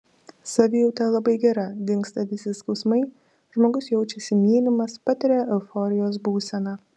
savijauta labai gera dingsta visi skausmai žmogus jaučiasi mylimas patiria euforijos būseną